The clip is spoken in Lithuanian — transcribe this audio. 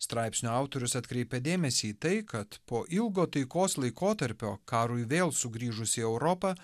straipsnio autorius atkreipia dėmesį į tai kad po ilgo taikos laikotarpio karui vėl sugrįžus į europą